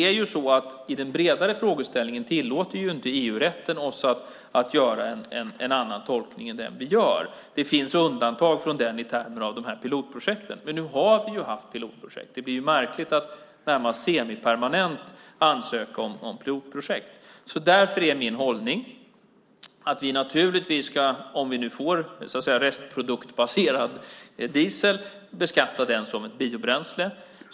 I den bredare frågeställningen tillåter inte EU-rätten oss att göra en annan tolkning än den vi gör. Det finns undantag från den i termer av de här pilotprojekten, men vi har haft pilotprojekt. Det blir märkligt att närmast semipermanent ansöka om pilotprojekt. Därför är det min hållning att om vi får restproduktbaserad diesel ska vi beskatta den som ett biobränsle.